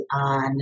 on